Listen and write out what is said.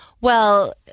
Well-